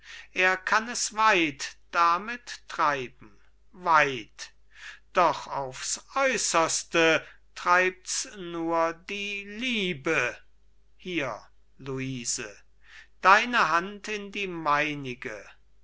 er kann es weit damit treiben weit doch aufs äußerste treibt's nur die liebe hier luise deine hand ist die meinige